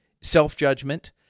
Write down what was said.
self-judgment